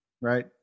Right